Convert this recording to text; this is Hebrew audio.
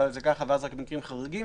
ואז יופעל רק במקרים חריגים,